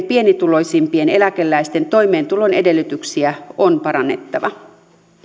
pienituloisimpien eläkeläisten toimeentulon edellytyksiä on parannettava